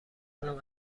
کنم